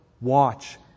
watch